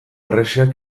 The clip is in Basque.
harresiak